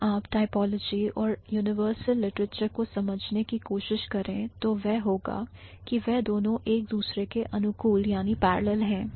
अगर आप typology और universal literature को समझने की कोशिश करें तो वह होगा कि वह दोनों एक दूसरे के अनुकूल हैं